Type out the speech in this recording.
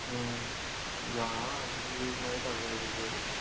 जेवणा थाली बी मेळटा वॅज बरी